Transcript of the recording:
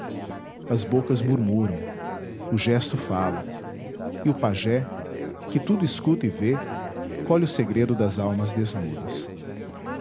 as bocas murmuram o gesto fala e o pajé que tudo escuta e vê colhe o segredo das almas desnudas